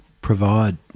provide